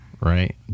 right